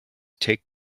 take